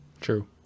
true